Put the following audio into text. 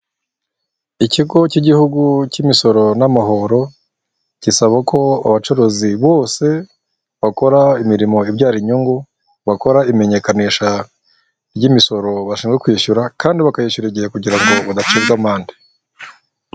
Ikigo cy'Igihugu cy'Imisoro n'Amahoro, gisaba ko abacuruzi bose bakora imirimo ibyara inyungu, bakora imenyekanisha ry'imisoro bashinzwe kwishyura, kandi bakayishyurira igihe kugira ngo badacibwa amande.